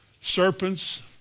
serpents